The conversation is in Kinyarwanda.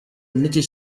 n’iki